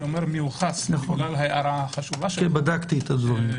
מיוחס בגלל הערתך החשובה- -- בדקתי את הדברים.